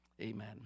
Amen